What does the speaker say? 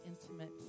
intimate